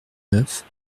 neuf